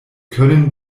können